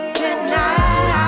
tonight